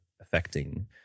affecting